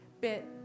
bit